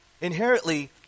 inherently